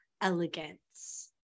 elegance